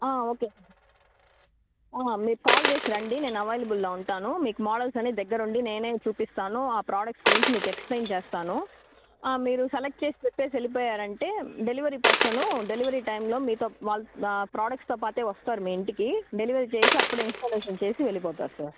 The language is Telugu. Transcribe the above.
ఆ ఓకే సార్ ఆ మీరు కాల్ చేసి రండి నేను అవైలబుల్లో ఉంటాను మీకు మోడల్స్ అన్ని దగ్గరుండి నేనే చూపిస్తాను ఆ ప్రొడక్ట్స్ గురించి మీకు ఎక్స్ప్లైన్ చేస్తాను మీరు సెలెక్ట్ చేసి చెప్పి వెళ్ళిపోయారు అంటే డెలివరీ పర్సను డెలివరీ టైంలో మీతో వాళ్ళు ప్రొడక్ట్స్తో పాటే వస్తారు మీ ఇంటికి డెలివరీ చేసి అప్పుడు ఇన్స్టాలేషన్ చేసి వెళ్ళిపోతారు సార్